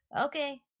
Okay